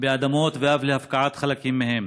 באדמות עד להפקעת חלקים מהן.